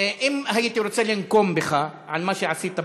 אם הייתי רוצה לנקום בך על מה שעשית בבוקר,